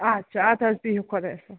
اَچھا اَدٕ حظ بِہِو خۄدایَس حوال